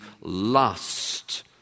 lust